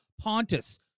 Pontus